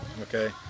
okay